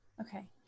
Okay